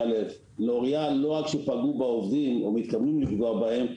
לוריאל לא רק שפגעו בעובדים או מתכוונים לפגוע בהם,